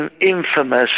Infamous